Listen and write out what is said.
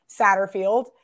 Satterfield